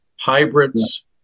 hybrids